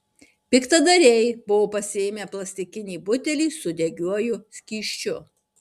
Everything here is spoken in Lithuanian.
piktadariai buvo pasiėmę plastikinį butelį su degiuoju skysčiu